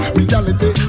reality